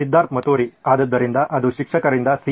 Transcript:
ಸಿದ್ಧಾರ್ಥ್ ಮತುರಿ ಆದ್ದರಿಂದ ಅದು ಶಿಕ್ಷಕರಿಂದ C